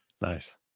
Nice